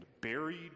Buried